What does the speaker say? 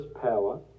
power